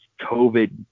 covid